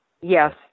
Yes